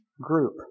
group